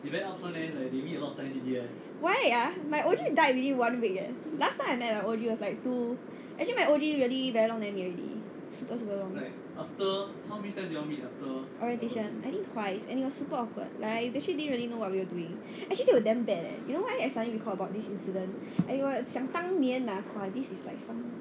why ah my O_G died within one week eh last time I met my O_G was like two actually my O_G really very long never meet already super super long already orientation I think twice and it was super awkward like I we didn't even know what we actually doing actually they were damn bad eh you know why I suddenly recall this incident and it was 想当年 ah !wah! this is like some